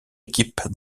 équipe